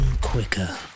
quicker